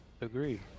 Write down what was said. Agree